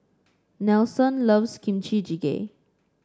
Nelson loves Kimchi Jjigae